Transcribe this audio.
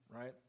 right